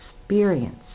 experience